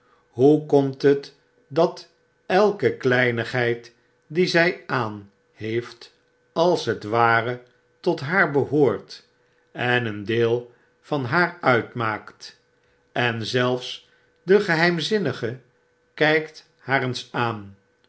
hoe komt het dat elke kleinigheid die zjj aan heeft als het ware tot haar behoort en een deel van haar uit maakt en zelfs de geheimzinnige kp haar eens aan